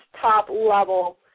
top-level